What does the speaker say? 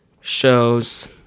shows